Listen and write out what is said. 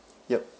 yup